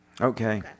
Okay